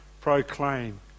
Proclaim